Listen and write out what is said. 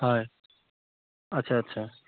হয় আচ্ছা আচ্ছা